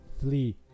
flee